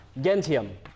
gentium